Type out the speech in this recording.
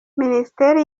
minisiteri